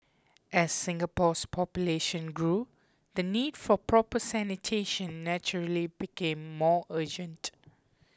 as Singapore's population grew the need for proper sanitation naturally became more urgent